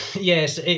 yes